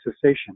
cessation